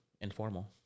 informal